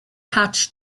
hatch